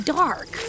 dark